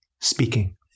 speaking